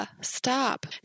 stop